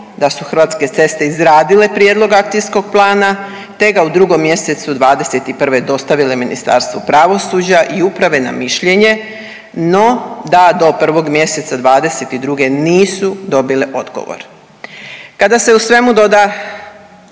da su Hrvatske ceste izradile prijedlog akcijskog plana, te ga u 2. mjesecu '21. dostavile Ministarstvu pravosuđa i uprave na mišljenje, no da do 1. mjeseca '22. nisu dobile odgovor. Kada se u svemu doda,